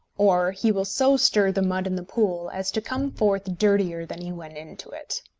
or he will so stir the mud in the pool as to come forth dirtier than he went into it.